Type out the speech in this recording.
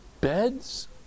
beds